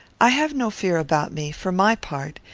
i have no fear about me, for my part,